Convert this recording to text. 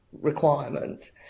requirement